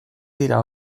dira